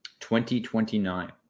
2029